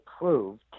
approved